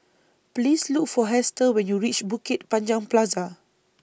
Please Look For Hester when YOU REACH Bukit Panjang Plaza